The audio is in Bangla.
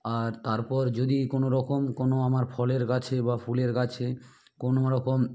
আর তারপর যদি কোনো রকম কোনো আমার ফলের গাছে বা ফুলের গাছে কোনো রকম